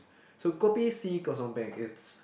so kopi C kosong peng is